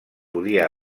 podia